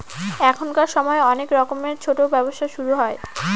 এখনকার সময় অনেক রকমের ছোটো ব্যবসা শুরু হয়